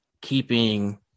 keeping